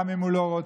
גם אם הוא לא רוצה,